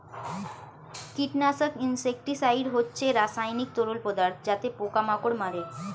কীটনাশক ইনসেক্টিসাইড হচ্ছে রাসায়নিক তরল পদার্থ যাতে পোকা মাকড় মারে